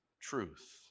truth